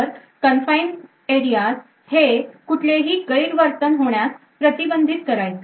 तर confined areas हे कुठलेही गैरवर्तन होण्यास प्रतिबंधित करायचे